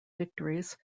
victories